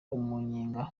umunyenga